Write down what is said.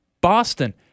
Boston